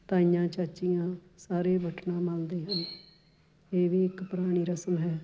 ਤਾਈਆਂ ਚਾਚੀਆਂ ਸਾਰੇ ਵਟਣਾ ਮਲਦੇ ਹਨ ਇਹ ਵੀ ਇੱਕ ਪੁਰਾਣੀ ਰਸਮ ਹੈ